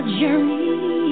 journey